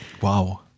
Wow